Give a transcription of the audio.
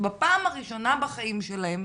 שבפעם הראשונה בחיים שלהן,